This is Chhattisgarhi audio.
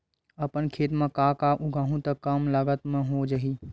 अपन खेत म का का उगांहु त कम लागत म हो जाही?